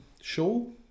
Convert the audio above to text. show